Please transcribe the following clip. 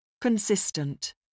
Consistent